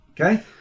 Okay